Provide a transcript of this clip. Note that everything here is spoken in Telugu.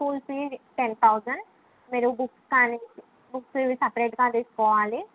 స్కూల్ ఫీ టెన్ థౌజండ్ మీరు బుక్స్ కానీ బుక్స్ ఇవి సెపెరేట్గా తీసుకోవాలి